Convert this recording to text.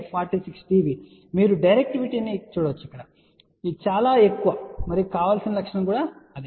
కాబట్టి మీరు డైరెక్టివిటీని చూడవచ్చు ఇక్కడ చాలా చాలా ఎక్కువ మరియు కావలసిన లక్షణం అదే